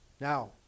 Now